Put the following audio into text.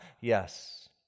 yes